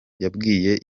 yabwiye